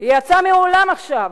היא יצאה מהאולם עכשיו,